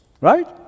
Right